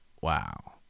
Wow